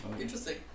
Interesting